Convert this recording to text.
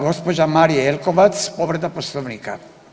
Gospođa Marija Jelkovac povreda poslovnika.